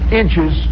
inches